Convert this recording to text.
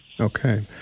Okay